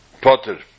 potter